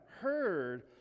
heard